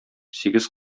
сигез